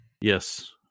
Yes